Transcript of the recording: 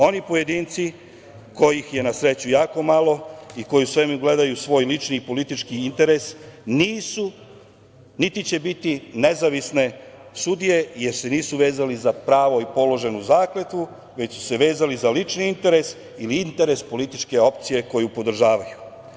Oni pojedinci, kojih je na sreću jako malo i koji u svemu gledaju svoj lični i politički interes nisu, niti će biti nezavisne sudije, jer se nisu vezali za pravo i položenu zakletvu već su se vezali za lični interes ili interes političke opcije koju podržavaju.